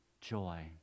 joy